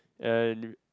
and